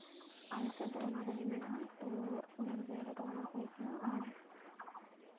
ᱟᱞᱮ ᱥᱮᱫ ᱫᱚ ᱚᱱᱟ ᱠᱚᱜᱮ ᱢᱮᱱᱟᱜᱼᱟ ᱛᱚ ᱧᱮᱞ ᱡᱟᱭᱜᱟ ᱫᱚ ᱚᱱᱟ ᱠᱚᱜᱮ ᱠᱟᱱᱟ ᱟᱨ